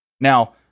Now